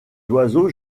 oiseaux